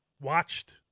watched